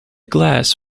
glass